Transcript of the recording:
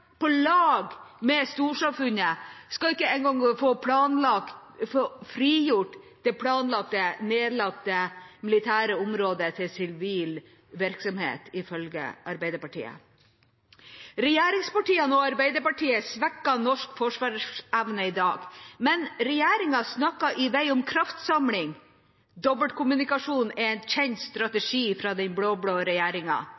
på lag med storsamfunnet, skal ikke engang få frigjort det planlagt nedlagte militære området til sivil virksomhet, ifølge Arbeiderpartiet. Regjeringspartiene og Arbeiderpartiet svekker norsk forsvarsevne i dag, men regjeringa snakker i vei om kraftsamling. Dobbeltkommunikasjon er en kjent